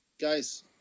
guys